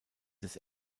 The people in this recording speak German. des